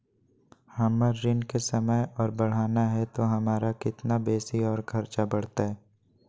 हमर ऋण के समय और बढ़ाना है तो हमरा कितना बेसी और खर्चा बड़तैय?